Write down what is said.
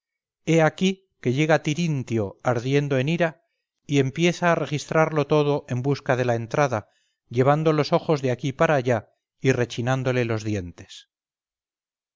he aquí que llega tirintio ardiendo en ira y empieza a registrarlo todo en busca de la entrada llevando los ojos de aquí para allá y rechinándole los dientes